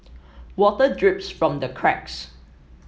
water drips from the cracks